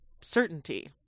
certainty